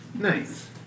Nice